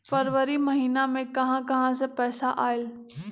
फरवरी महिना मे कहा कहा से पैसा आएल?